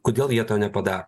kodėl jie to nepada